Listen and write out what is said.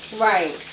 right